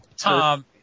Tom